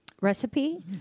recipe